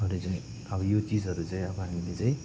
अरू चाहिँ अब यो चिजहरू चाहिँ अब हामीले चाहिँ